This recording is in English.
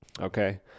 Okay